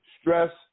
stress